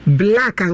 black